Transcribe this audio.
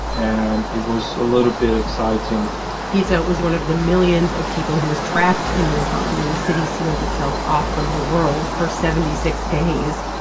and it was a little bit exciting pisso was one of the millions of people who was trapped in wuhan when the city sealed itself off from the world for seventy six days.